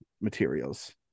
materials